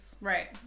Right